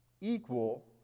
equal